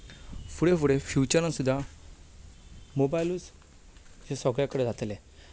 फुडें फुडें फ्युचरा सुद्धां मोबायलच सगळ्यां कडेन जातले